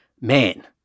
man